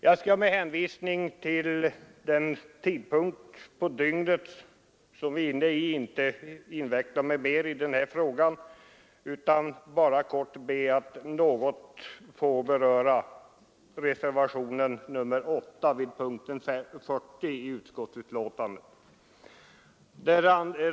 Jag skall med hänvisning till tiden på dygnet inte inveckla mig mer i den här frågan utan bara be att något få beröra reservationen 8 vid punkten 40 i utskottsbetänkandet.